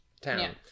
town